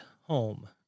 home